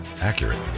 accurate